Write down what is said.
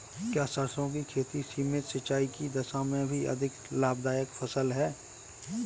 क्या सरसों की खेती सीमित सिंचाई की दशा में भी अधिक लाभदायक फसल है?